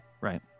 right